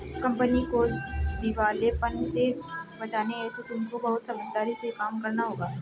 company को दिवालेपन से बचाने हेतु तुमको बहुत समझदारी से काम करना होगा